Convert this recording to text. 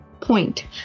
point